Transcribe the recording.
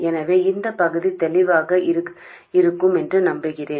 எனவே இந்த பகுதி தெளிவாக இருக்கும் என்று நம்புகிறேன்